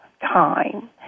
time